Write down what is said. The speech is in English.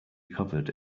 covered